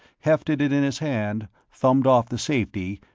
hefted it in his hand, thumbed off the safety,